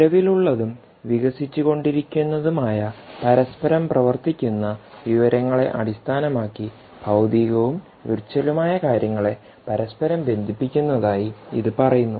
നിലവിലുള്ളതും വികസിച്ചുകൊണ്ടിരിക്കുന്നതുമായ പരസ്പരം പ്രവർത്തിക്കുന്ന വിവരങ്ങളെ അടിസ്ഥാനമാക്കി ഭൌതികവും വിർച്വലും ആയ കാര്യങ്ങളെ പരസ്പരം ബന്ധിപ്പിക്കുന്നതായി ഇത് പറയുന്നു